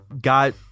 got